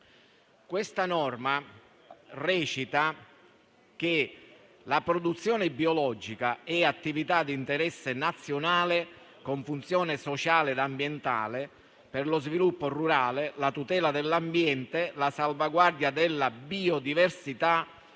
La norma recita che la produzione biologica è attività di interesse nazionale con funzione sociale ed ambientale per lo sviluppo rurale, la tutela dell'ambiente, la salvaguardia della biodiversità